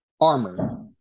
Armor